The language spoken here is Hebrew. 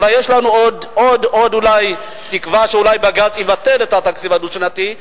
אולי יש עוד תקווה שבג"ץ יבטל את התקציב הדו-שנתי.